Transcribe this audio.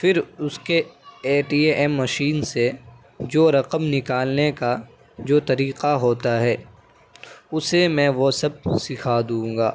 پھر اس کے اے ٹی ایم مشین سے جو رقم نکالنے کا جو طریقہ ہوتا ہے اسے میں وہ سب سکھا دوں گا